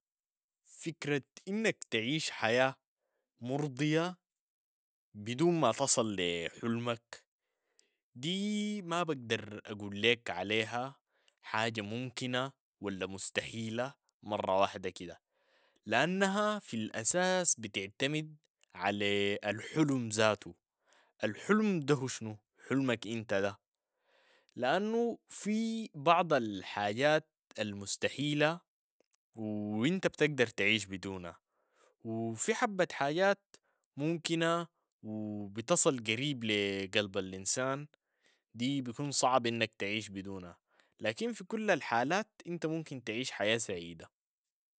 فكرة انك تعيش حياة مرضية، بدون ما تصل لحلمك، دي ما بقدر اقول ليك عليها حاجة ممكنة ولا مستحيلة مرة واحدة كده، لانها في الاساس بتعتمد على الحلم ذاته، الحلم ده هو شنو حلمك انت ده، لانو في بعض الحاجات المستحيلة و انت بتقدر تعيش بدونها و في حبة حاجات ممكنة و بتصل قريب لقلب الانسان، دي بيكون صعب انك تعيش بدونها، لكن في كل الحالات انت ممكن تعيش حياة سعيدة.